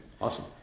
Awesome